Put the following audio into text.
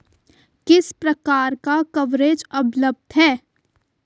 किस प्रकार का कवरेज उपलब्ध है?